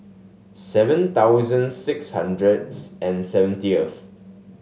seven thousand six hundreds and seventieth